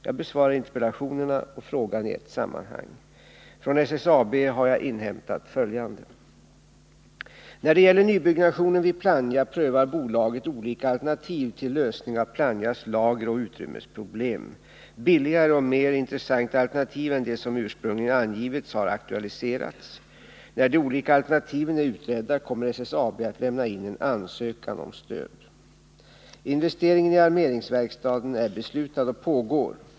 Jag besvarar interpellationerna och frågan i ett sammanhang. Från SSAB har jag inhämtat följande. När det gäller nybyggnationen vid Plannja prövar bolaget olika alternativ till lösning av Plannjas lageroch utrymmesproblem. Billigare och mer intressanta alternativ än det som ursprungligen angivits har aktualiserats. När de olika alternativen är utredda kommer SSAB att lämna in en ansökan om stöd. Investeringen i armeringsverkstaden är beslutad och pågår.